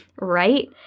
right